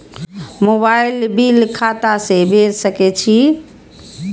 Mobile bill खाता से भेड़ सके छि?